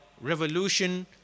revolution